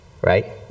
right